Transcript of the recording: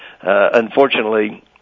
Unfortunately